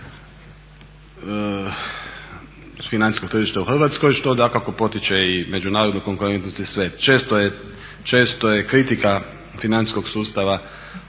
financijskog tržišta u Hrvatskoj što dakako potiče i međunarodnu konkurentnost i sve. Često je kritika financijskog sustava